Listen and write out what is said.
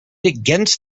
against